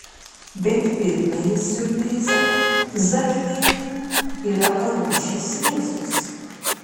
bet pirmąjį siurprizą zachiejui yra paruošęs jėzus